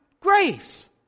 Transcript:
grace